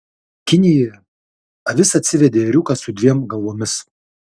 kinijoje avis atsivedė ėriuką su dviem galvomis